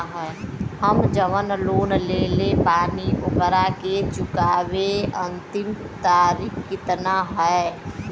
हम जवन लोन लेले बानी ओकरा के चुकावे अंतिम तारीख कितना हैं?